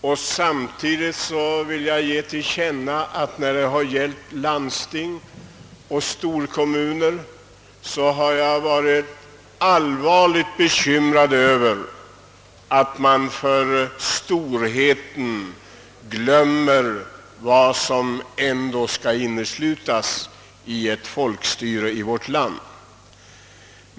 När det gäller landsting och storkommuner har jag varit allvarligt bekymrad över att man för storheten skulle glömma vad som ändå skall inneslutas i ett folkstyre i vårt land.